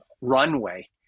runway